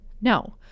No